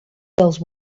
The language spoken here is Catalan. dels